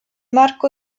marco